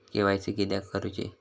KYC किदयाक करूची?